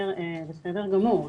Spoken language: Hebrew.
בסדר גמור.